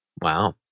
wow